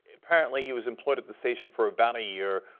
apparently he was employed at the station for about a year.